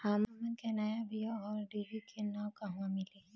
हमन के नया बीया आउरडिभी के नाव कहवा मीली?